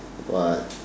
what